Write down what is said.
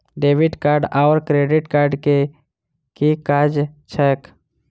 Debit card आओर credit card केँ की काज छैक?